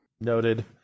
Noted